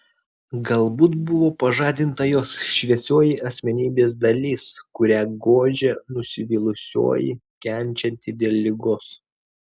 galbūt buvo pažadinta jos šviesioji asmenybės dalis kurią gožė nusivylusioji kenčianti dėl ligos